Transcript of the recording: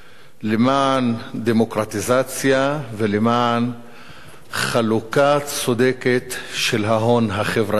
למען דמוקרטיזציה ולמען חלוקה צודקת של ההון החברתי,